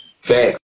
facts